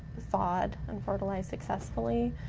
thawed and fertilized successfully,